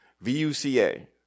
V-U-C-A